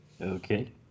okay